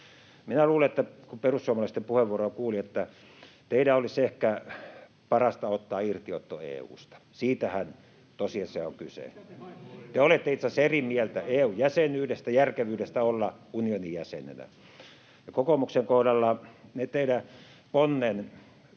Minä luulen, kun perussuomalaisten puheenvuoroa kuuli, että teidän olisi ehkä parasta ottaa irtiotto EU:sta. Siitähän tosiasiassa on kyse. [Antti Kurvinen: Sitä te haette!] Te olette itse asiassa eri mieltä EU-jäsenyydestä, järkevyydestä olla unionin jäsenenä. Ja kokoomuksen kohdalla ne teidän onnen